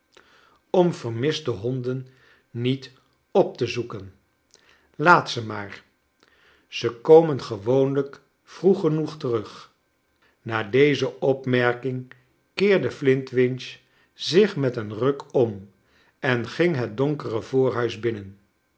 om vermiste honden niet op te zoeken laat ze maar ze komen gewconlijk vroeg genoeg terug na dezo opmerking keerde flintwinch zich met een ruk om en ging het donkere voorhuis binnen